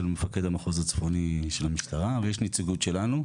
מפקד המחוז הצפוני של המשטרה ויש נציגות שלנו.